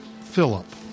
Philip